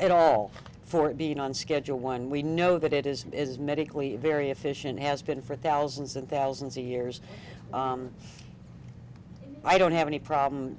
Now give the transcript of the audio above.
at all for it being on schedule one we know that it is and is medically very efficient has been for thousands and thousands of years i don't have any problem